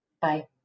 Bye